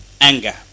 Anger